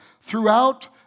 throughout